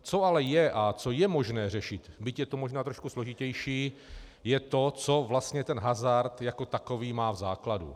Co ale je a co je možné řešit, byť je to možná trošku složitější, je to, co vlastně hazard jako takový má v základu.